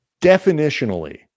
definitionally